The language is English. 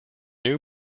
new